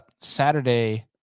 Saturday